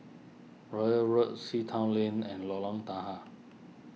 Royal Road Sea Town Lane and Lorong Tahar